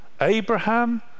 Abraham